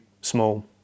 small